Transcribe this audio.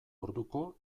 orduko